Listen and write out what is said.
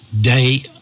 day